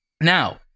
Now